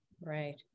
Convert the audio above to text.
right